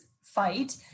fight